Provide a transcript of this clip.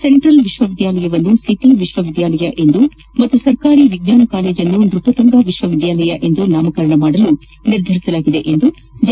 central ವಿಶ್ವವಿದ್ಯಾಲಯವನ್ನು city ವಿಶ್ವವಿದ್ಯಾಲಯ ಎಂದು ಹಾಗೂ ಸರ್ಕಾರಿ ವಿಜ್ವಾನ ಕಾಲೇಜನ್ನು ನೃಪತುಂಗ ವಿವಿ ಎಂದು ನಾಮಕರಣ ಮಾಡಲು ನಿರ್ಧರಿಸಲಾಗಿದೆ ಎಂದು ಜೆ